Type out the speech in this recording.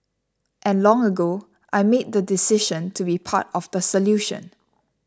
and long ago I made the decision to be part of the solution